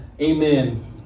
amen